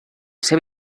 seva